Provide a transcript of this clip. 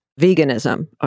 veganism